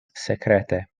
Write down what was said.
sekrete